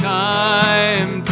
time